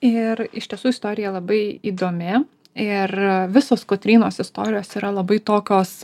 ir iš tiesų istorija labai įdomi ir visos kotrynos istorijos yra labai tokios